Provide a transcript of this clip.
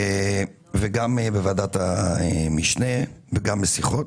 גם בוועדת המשנה וגם בשיחות,